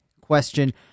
question